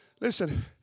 Listen